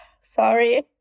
Sorry